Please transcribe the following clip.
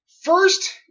first